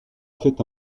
fait